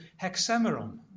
hexameron